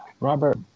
Robert